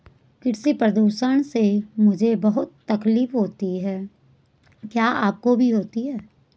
कृषि प्रदूषण से मुझे बहुत तकलीफ होती है क्या आपको भी होती है